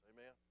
Amen